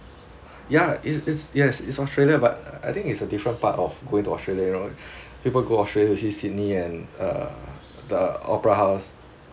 ya is is yes is australia but I think is a different part of going to australia you know people go australia you see sydney and uh the opera house